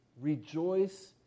Rejoice